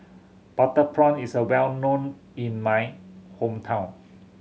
butter prawn is a well known in my hometown